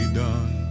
done